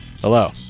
hello